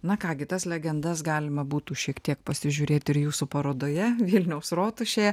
na ką gi tas legendas galima būtų šiek tiek pasižiūrėti ir jūsų parodoje vilniaus rotušėje